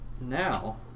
now